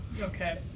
Okay